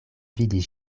vidis